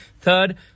Third